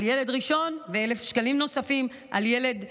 ילד ראשון ו-1,000 שקלים נוספים על ילד שני,